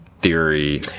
theory